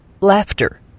laughter